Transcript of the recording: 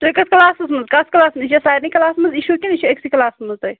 تُہۍ کَتھ کَلاسس منٛز کتھ کَلاسس منٛز یہِ چھا سارِنٕے کَلاسَن منٛز اِشوٗ کِنہٕ یہِ چھُ أکۍسٕے کَلاسس منٛز تۅہہِ